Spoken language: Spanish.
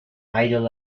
idol